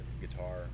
guitar